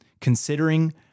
Considering